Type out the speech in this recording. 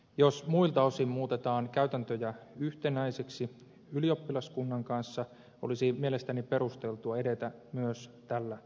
jos muilta osin muutetaan käytäntöjä yhtenäisiksi ylioppilaskunnan kanssa olisi mielestäni perusteltua edetä myös tällä sektorilla